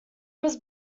was